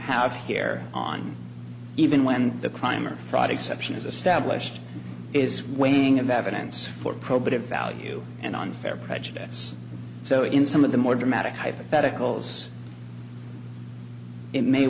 have here on even when the crime or fraud exception is a stably is weighing of evidence for probative value and unfair prejudice so in some of the more dramatic hypotheticals it may